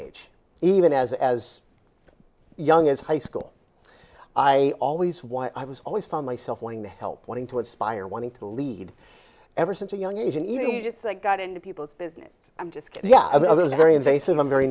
age even as as young as high school i always why i was always found myself wanting to help wanting to inspire wanting to lead ever since a young age in egypt got into people's business i'm just yeah it was very invasive i'm very